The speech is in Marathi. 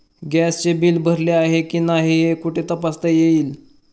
गॅसचे बिल भरले आहे की नाही हे कुठे तपासता येईल?